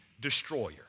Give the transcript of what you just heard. destroyer